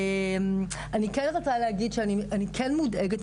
אני מודאגת,